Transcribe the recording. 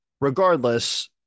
regardless